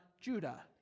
Judah